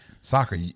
soccer